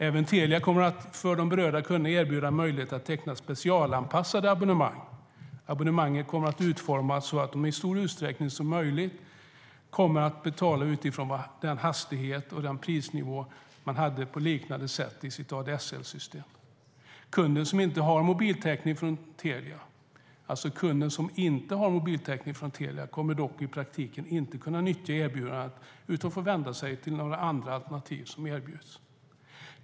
Även Telia kommer, för de berörda kunderna, erbjuda en möjlighet att teckna ett specialanpassat abonnemang - Abonnemanget kommer att utformas så att det i så stor utsträckning som möjligt fungerar som en ersättning till dagens ADSL-abonnemang. Kunden kommer betala utifrån vald hastighet och prisnivån kommer att vara på en liknande nivå som fast bredband .- Kunder som inte har mobiltäckning från Telia kommer dock i praktiken inte kunna nyttja erbjudandet utan får vända sig till någon av de andra alternativ som erbjuds.